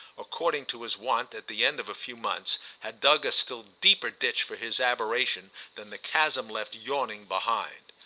according to his wont at the end of a few months, had dug a still deeper ditch for his aberration than the chasm left yawning behind.